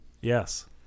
Yes